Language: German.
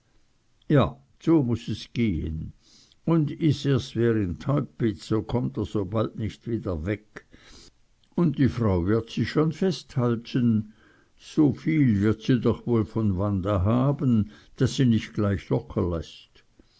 ja so muß es gehn un is erst wer in teupitz so kommt er so bald nich wieder weg und die frau wird sie schon festhalten so viel wird sie doch woll von wandan haben daß sie nich gleich